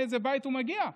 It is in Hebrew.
מאיזה בית הוא מגיע אבל,